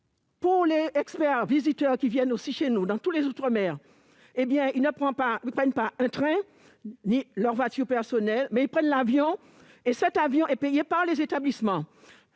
Les experts visiteurs qui viennent chez nous, dans les outre-mer, ne prennent pas un train ni leur voiture personnelle. Ils prennent l'avion et leur billet est payé par les établissements,